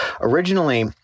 Originally